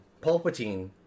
Palpatine